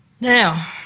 Now